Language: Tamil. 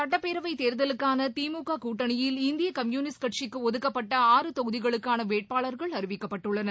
சுட்டப்பேரவைத் தேர்தலுக்கான திமுக கூட்டணியில் இந்திய கம்யூனிஸ்ட் கட்சிக்கு ஒதுக்கப்பட்ட ஆறு தொகுதிகளுக்கான வேட்பாளர்கள் அறிவிக்கப்பட்டுள்ளனர்